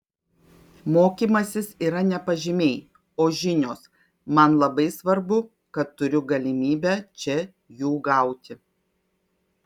mokymasis yra ne pažymiai o žinios man labai svarbu kad turiu galimybę čia jų gauti